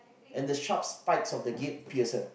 and the sharp spikes of the gate pierce her